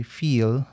feel